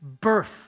birth